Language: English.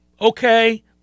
okay